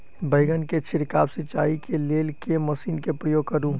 बैंगन केँ छिड़काव सिचाई केँ लेल केँ मशीन केँ प्रयोग करू?